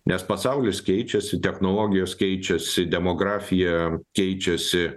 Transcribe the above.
nes pasaulis keičiasi technologijos keičiasi demografija keičiasi